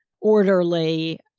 orderly